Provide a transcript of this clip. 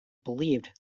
believed